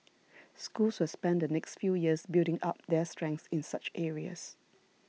schools will spend the next few years building up their strengths in such areas